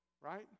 right